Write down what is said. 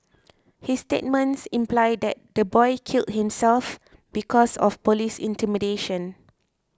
his statements imply that the boy killed himself because of police intimidation